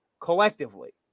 collectively